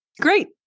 Great